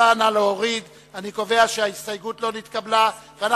ההסתייגות של קבוצת סיעת חד"ש וקבוצת סיעת מרצ לסעיף 21 לא נתקבלה.